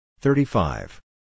Thirty-five